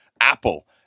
Apple